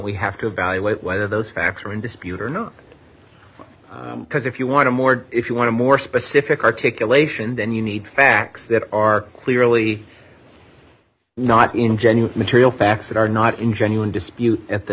we have to evaluate whether those facts are in dispute or not because if you want to more if you want a more specific articulation then you need facts that are clearly not ingenue material facts that are not in genuine dispute at the